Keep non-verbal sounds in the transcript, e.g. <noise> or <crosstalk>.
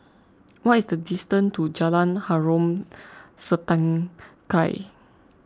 <noise> what is the distance to Jalan Harom Setangkai